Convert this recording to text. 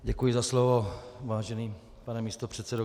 Děkuji za slovo, vážený pane místopředsedo.